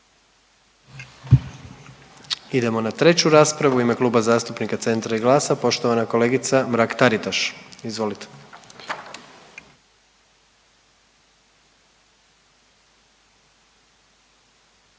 Idemo na treću raspravu u ime Kluba zastupnika Centra i GLAS-a poštovana kolegica Mrak Taritaš. Izvolite.